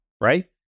right